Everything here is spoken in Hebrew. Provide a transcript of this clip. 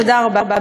תודה רבה.